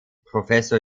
professor